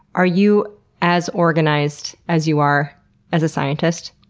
are you as organized as you are as a scientist?